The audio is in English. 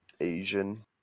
Asian